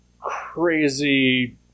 crazy